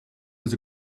was